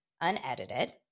unedited